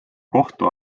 kohtu